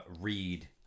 read